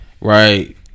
Right